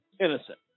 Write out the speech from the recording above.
innocent